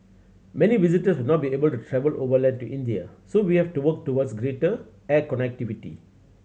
many visitors will not be able to travel overland to India so we have to work towards greater air connectivity